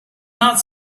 not